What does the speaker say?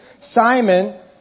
Simon